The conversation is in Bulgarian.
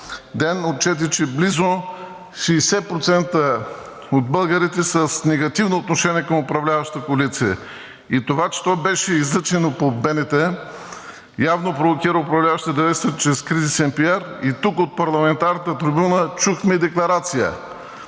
ден отчете, че близо 60% от българите са с негативно отношение към управляващата коалиция. Това, че то беше излъчено по БНТ, явно провокира управляващите да действат чрез кризисен PR и тук, от парламентарната трибуна, чухме декларация,